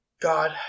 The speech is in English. God